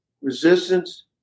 resistance